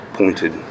pointed